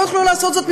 לא יוכלו לעשות זאת,